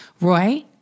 Roy